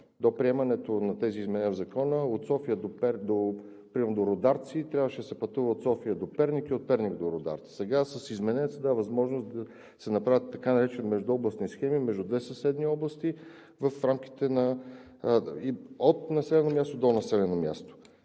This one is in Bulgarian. до приемането на тези изменения в Закона, от София до Рударци, трябваше да се пътува от София до Перник и от Перник до Рударци. Сега с изменението се дава възможност да се направят така наречените междуобластни схеми между две съседни области в рамките от населено място, до населено място.